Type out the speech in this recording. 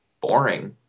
boring